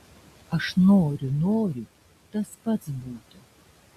aš noriu noriu tas pats būtų